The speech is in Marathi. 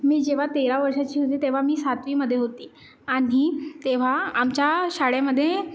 मी जेव्हा तेरा वर्षाची होते तेव्हा मी सातवीमध्ये होती आणि तेव्हा आमच्या शाळेमध्ये